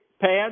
pads